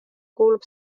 kuulub